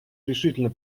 решительно